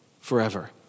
forever